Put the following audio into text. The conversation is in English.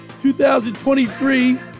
2023